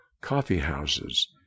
coffee-houses